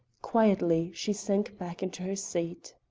quietly she sank back into her seat.